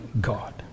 God